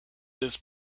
his